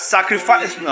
Sacrifice